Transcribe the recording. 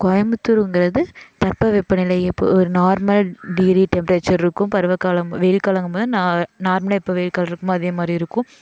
கோயம்புத்தூருங்கிறது தட்ப வெப்பநிலை இப்போ ஒரு நார்மல் டிகிரி டெம்ப்பரேச்சர் இருக்கும் பருவகாலம் வெயில் காலங்கும் போது நா நார்மலாக எப்போ வெயில் காலம் இருக்கும்ல அதே மாதிரி இருக்கும்